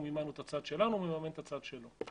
אנחנו מימנו את הצד שלנו והוא מממן את הצד שלו.